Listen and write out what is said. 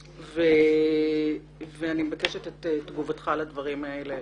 אני מבקשת את תגובתך לדברים האלה,